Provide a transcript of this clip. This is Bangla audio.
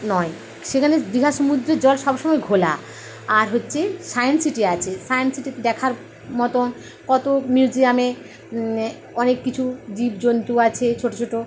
নয় সেখানে দীঘার সমুদ্রের জল সবসময় ঘোলা আর হচ্ছে সায়েন্স সিটি আছে সায়েন্স সিটিতে দেখার মতন কত মিউজিয়ামে অনেক কিছু জীবজন্তু আছে ছোট ছোট